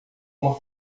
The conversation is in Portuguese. uma